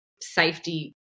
safety